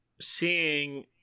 seeing